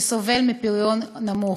שסובל מפריון נמוך.